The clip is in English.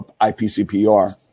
IPCPR